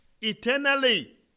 eternally